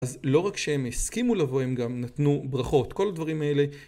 אז לא רק שהם הסכימו לבוא, הם גם נתנו ברכות, כל הדברים האלה.